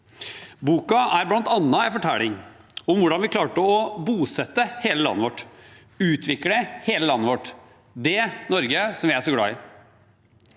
Boken er bl.a. en fortelling om hvordan vi klarte å bosette hele landet vårt og utvikle hele landet vårt – det Norge som vi er så glad i.